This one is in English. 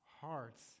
hearts